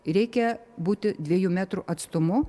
reikia būti dviejų metrų atstumu